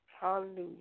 Hallelujah